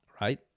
right